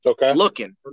Looking